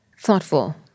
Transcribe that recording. thoughtful